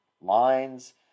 lines